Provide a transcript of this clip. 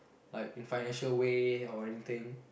like in financial way or anything